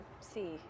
see